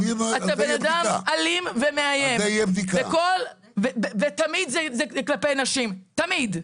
אתה בן אדם אלים ומאיים ותמיד זה כלפי נשים, תמיד.